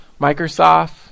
Microsoft